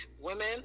women